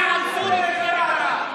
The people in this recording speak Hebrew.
אתה מבין את ה"בל-עכס"?